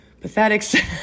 pathetic